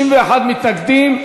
61 מתנגדים.